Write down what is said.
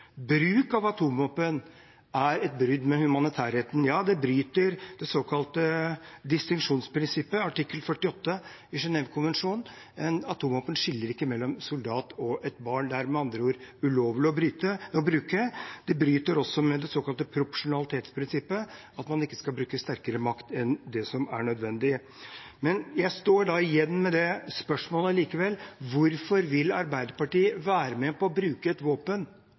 bruk av atomvåpen er et brudd med humanitærretten. Ja, det bryter det såkalte distinksjonsprinsippet, artikkel 48 i Genève-konvensjonen. Atomvåpen skiller ikke mellom en soldat og et barn. De er med andre ord ulovlige å bruke. Det bryter også med det såkalte proporsjonalitetsprinsippet, at man ikke skal bruke sterkere makt enn det som er nødvendig. Jeg står igjen med det spørsmålet likevel: Hvorfor vil Arbeiderpartiet være med på at Norge skal forsvares med et våpen